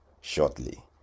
shortly